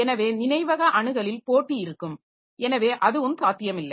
எனவே நினைவக அணுகலில் போட்டி இருக்கும் எனவே அதுவும் சாத்தியமில்லை